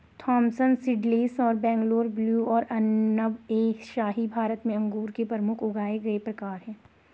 Thompson seedless और Bangalore blue और अनब ए शाही भारत में अंगूर के प्रमुख उगाए गए प्रकार हैं